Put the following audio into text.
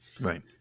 Right